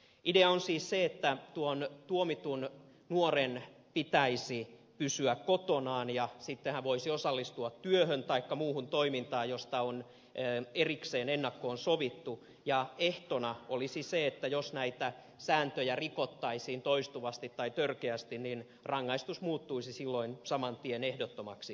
idea on siis se että tuon tuomitun nuoren pitäisi pysyä kotonaan ja sitten hän voisi osallistua työhön taikka muuhun toimintaan josta on erikseen ennakkoon sovittu ja ehtona olisi se että jos näitä sääntöjä rikottaisiin toistuvasti tai törkeästi niin rangaistus muuttuisi silloin saman tien ehdottomaksi vankeudeksi